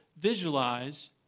visualize